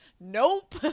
nope